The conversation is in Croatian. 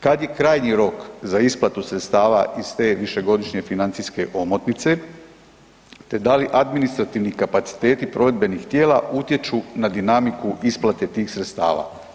Kad je krajnji rok za isplatu sredstava iz te višegodišnje financijske omotnice, te da li administrativni kapaciteti provedbenih tijela utječu na dinamiku isplate tih sredstava?